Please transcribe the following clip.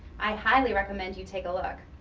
i highly recommend you take a look.